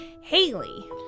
Haley